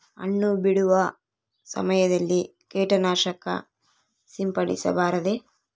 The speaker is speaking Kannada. ಹಣ್ಣು ಬಿಡುವ ಸಮಯದಲ್ಲಿ ಕೇಟನಾಶಕ ಸಿಂಪಡಿಸಬಾರದೆ?